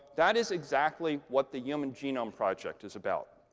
that is exactly what the human genome project is about,